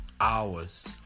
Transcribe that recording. hours